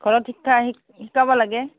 ঘৰত শিক্ষা শিকাব লাগে